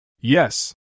Yes